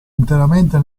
interamente